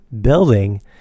building